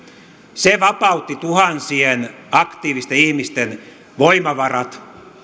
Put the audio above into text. se vapautti tuhansien aktiivisten ihmisten voimavarat